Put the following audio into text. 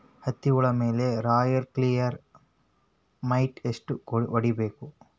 ಹತ್ತಿ ಹುಳ ಮೇಲೆ ರಾಯಲ್ ಕ್ಲಿಯರ್ ಮೈಟ್ ಎಷ್ಟ ಹೊಡಿಬೇಕು?